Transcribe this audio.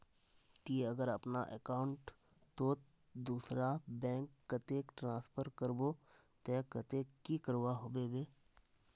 ती अगर अपना अकाउंट तोत दूसरा बैंक कतेक ट्रांसफर करबो ते कतेक की करवा होबे बे?